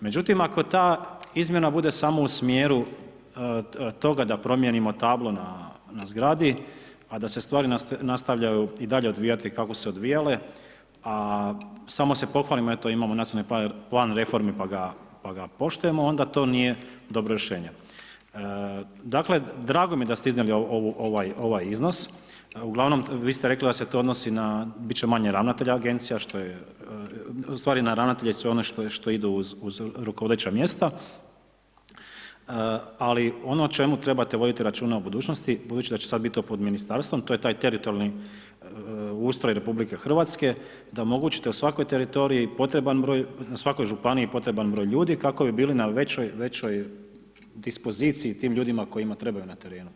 Međutim, ako ta izmjena bude samo u smjeru toga da promijenimo tablu na zgradi, a da se stvari nastavljaju i dalje odvijati kako su se odvijale, a samo se pohvalimo eto imamo nacionalni plan reformi pa ga poštujemo, onda to nije dobro rješenje. dakle, drago mi je da ste iznijeli ovaj iznos, uglavnom vi ste rekli da se to odnosi, bit će manje ravnatelja agencija, što je, u stvari na ravnatelje i sve ono što ide uz rukovodeća mjesta, ali ono o čemu trebate voditi računa u budućnosti, budući da će sada biti to pod Ministarstvom, to je taj teritorijalni ustroj Republike Hrvatske, da omogućite u svakoj teritoriji potreban broj, na svakoj Županiji potreban broj ljudi kako bi bili na većoj dispoziciji tim ljudima kojima trebaju na terenu.